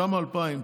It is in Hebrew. שם 2,000,